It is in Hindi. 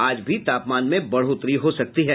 आज भी तापमान में बढ़ोतरी हो सकती है